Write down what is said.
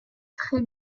très